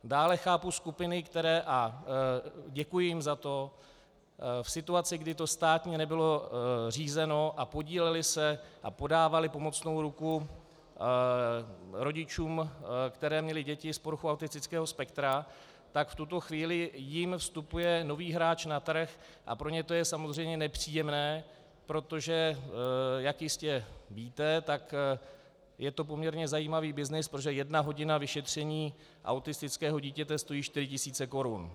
Dále chápu skupiny, a děkuji jim za to, v situaci, kdy to státně nebylo řízeno a podílely se a podávaly pomocnou ruku rodičům, kteří měli děti s poruchou autistického spektra, tak v tuto chvíli jim vstupuje nový hráč na trh, a pro ně to je samozřejmě nepříjemné, protože jak jistě víte, tak je to poměrně zajímavý byznys, protože jedna hodina vyšetření autistického dítěte stojí čtyři tisíce korun.